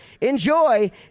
enjoy